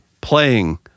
playing